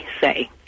say